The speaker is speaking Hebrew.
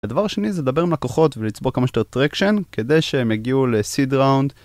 הדבר השני זה לדבר עם לקוחות ולצבור כמה שיותר טרקשן כדי שהם יגיעו לסיד ראונד